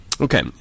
Okay